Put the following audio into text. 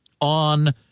on